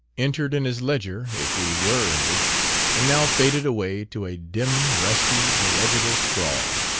entered in his ledger if we were entered and now faded away to a dim, rusty, illegible scrawl.